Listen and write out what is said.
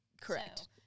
Correct